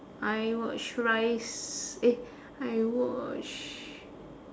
I watch rise eh I watch